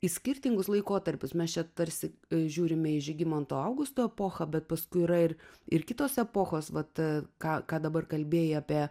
į skirtingus laikotarpius mes čia tarsi žiūrime į žygimanto augusto epochą bet paskui yra ir ir kitos epochos vata ką ką dabar kalbėjai apie